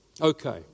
Okay